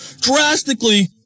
Drastically